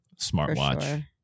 smartwatch